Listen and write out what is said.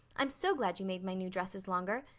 i'm so glad you made my new dresses longer.